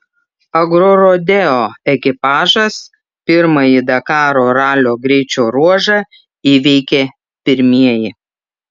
agrorodeo ekipažas pirmąjį dakaro ralio greičio ruožą įveikė pirmieji